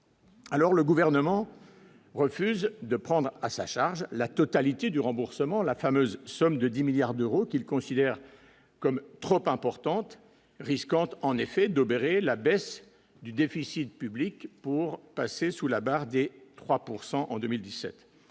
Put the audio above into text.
Alors, le gouvernement refuse de prendre à sa charge la totalité du remboursement, la fameuse somme de 10 milliards d'euros qu'il considère comme trop importante risquant en effet d'obérer la baisse du déficit public pour passer sous la barre des 3 pourcent